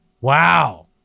Wow